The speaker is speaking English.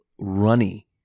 Runny